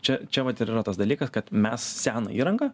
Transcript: čia čia vat ir yra tas dalykas kad mes seną įrangą